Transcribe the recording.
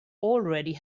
already